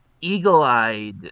Eagle-Eyed